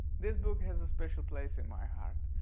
this book has a special place in my heart.